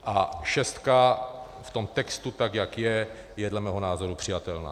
A šestka v tom textu, tak jak je, je dle mého názoru přijatelná.